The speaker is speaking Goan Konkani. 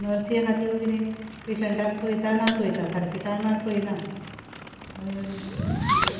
नर्सी आसा त्यो किदें पेशंटाक पळयता ना पळयता सारके टायमार पयना